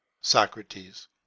Socrates